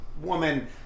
woman